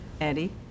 Eddie